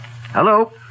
Hello